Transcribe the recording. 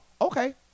okay